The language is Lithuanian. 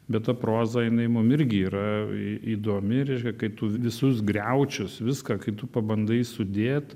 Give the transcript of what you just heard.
bet tą prozą jinai mum irgi yra įdomi reiškia kai tu visus griaučius viską kai tu pabandai sudėt